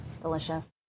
delicious